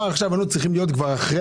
עכשיו היינו צריכים להיות כבר אחרי